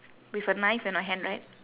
with a knife in her hand right